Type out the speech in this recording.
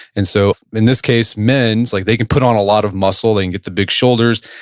and so in this case, men, like they can put on a lot of muscle and get the big shoulders.